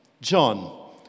John